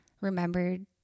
remembered